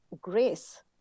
grace